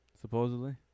Supposedly